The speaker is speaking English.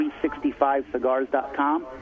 365cigars.com